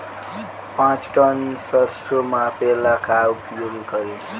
पाँच टन सरसो मापे ला का उपयोग करी?